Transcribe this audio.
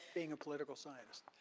being a political scientist.